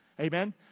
Amen